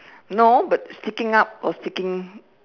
no but sticking up or sticking